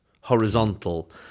horizontal